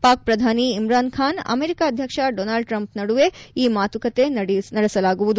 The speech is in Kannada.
ಪಾಕ್ ಪ್ರಧಾನಿ ಇಮ್ರಾನ್ಖಾನ್ ಅಮೆರಿಕಾ ಅಧ್ಯಕ್ಷ ಡೊನಾಲ್ಡ್ ಟ್ರಂಪ್ ನಡುವೆ ಈ ಮಾತುಕತೆ ನಡೆಯುವುದು